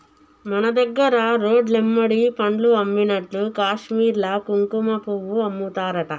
మన దగ్గర రోడ్లెమ్బడి పండ్లు అమ్మినట్లు కాశ్మీర్ల కుంకుమపువ్వు అమ్ముతారట